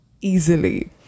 easily